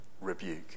rebuke